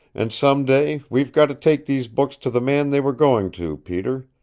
and some day we've got to take these books to the man they were going to, peter.